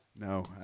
No